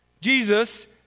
Jesus